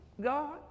God